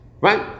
Right